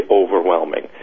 overwhelming